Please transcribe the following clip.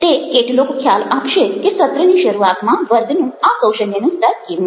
તે કેટલોક ખ્યાલ આપશે કે સત્રની શરૂઆતમાં વર્ગનું આ કૌશલ્યનું સ્તર કેવું છે